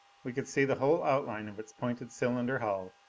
we could see the whole outline of its pointed cylinder hull,